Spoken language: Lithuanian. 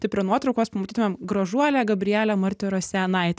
tai prie nuotraukos pamatytumėm gražuolė gabrielė martirosianaitė